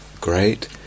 great